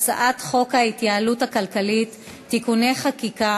הצעת חוק ההתייעלות הכלכלית (תיקוני חקיקה